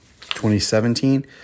2017